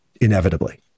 inevitably